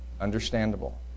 Understandable